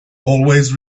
always